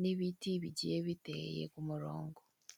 n'ibiti bigiye biteye k'umurongo.